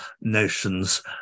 notions